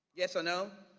yes or no.